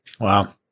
Wow